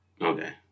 Okay